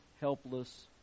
helpless